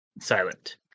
silent